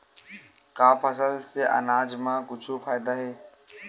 का फसल से आनाज मा कुछु फ़ायदा हे?